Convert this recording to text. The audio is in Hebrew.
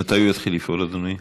מתי הוא יתחיל לפעול, אדוני?